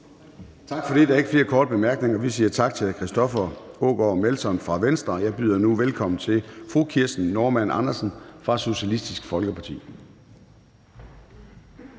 Tak for det. Der er ikke flere korte bemærkninger. Vi siger tak til hr. Christoffer Aagaard Melson fra Venstre. Jeg byder nu velkommen til fru Kirsten Normann Andersen fra Socialistisk Folkeparti.